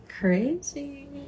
crazy